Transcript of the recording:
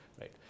right